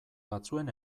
batzuen